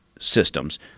systems